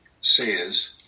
says